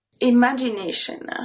Imagination